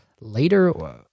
later